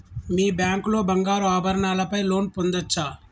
మీ bank లో బంగారు ఆభరణాల పై లోన్ పొందచ్చా?